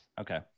Okay